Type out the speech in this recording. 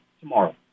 tomorrow